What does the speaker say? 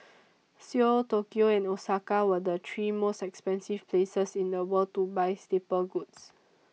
Seoul Tokyo and Osaka were the three most expensive places in the world to buy staple goods